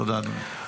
תודה, אדוני.